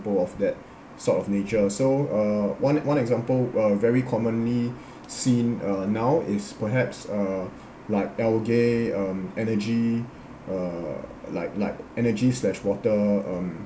of that sort of nature so uh one one example uh very commonly seen uh now is perhaps uh like algae um energy uh like like energy slash water um